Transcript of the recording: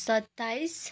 सत्ताइस